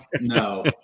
No